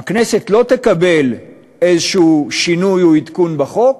הכנסת לא תקבל שינוי או עדכון בחוק,